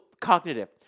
cognitive